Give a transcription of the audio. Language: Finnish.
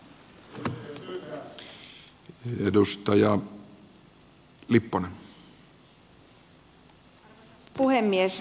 arvoisa puhemies